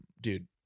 Dude